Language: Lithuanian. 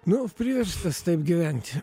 nu priverstas taip gyventi